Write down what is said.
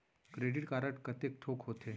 Credit card कतेक ठोक होथे?